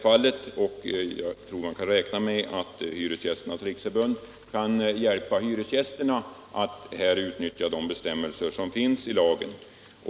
Vi kan räkna med att Hyresgästernas riksförbund kan hjälpa hyresgästerna att utnyttja de bestämmelser som finns i lagen.